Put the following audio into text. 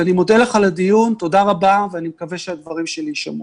אני מודה לך על הדיון ואני מקווה שהדברים שלי יישמעו.